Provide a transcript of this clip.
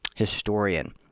historian